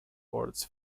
towards